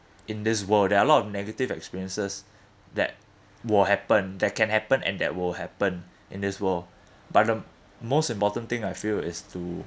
in this world there are a lot of negative experiences that will happen that can happen and that will happen in this world but the most important thing I feel is to